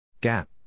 Gap